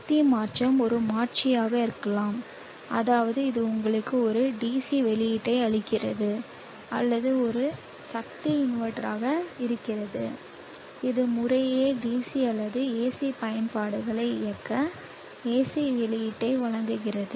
சக்தி மாற்றம் ஒரு மாற்றியாக இருக்கலாம் அதாவது இது உங்களுக்கு ஒரு DC வெளியீட்டை அளிக்கிறது அல்லது இது ஒரு சக்தி இன்வெர்ட்டராக இருக்கலாம் இது முறையே DC அல்லது AC பயன்பாடுகளை இயக்க AC வெளியீட்டை வழங்குகிறது